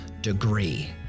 degree